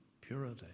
purity